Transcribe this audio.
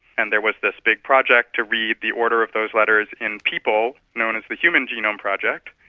and there was this big project to read the order of those letters in people, known as the human genome project.